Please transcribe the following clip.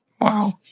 Wow